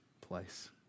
place